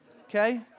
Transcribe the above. Okay